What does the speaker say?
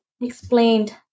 explained